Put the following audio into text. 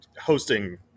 hosting